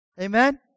Amen